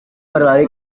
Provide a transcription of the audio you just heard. berlari